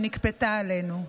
שנכפתה עלינו.